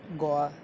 guava